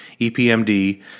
EPMD